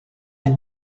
des